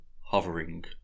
hovering